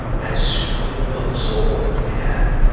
that sweet little soul that you had